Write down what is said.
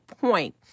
point